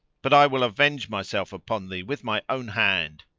but i will avenge myself upon thee with my own hand!